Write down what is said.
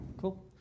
Cool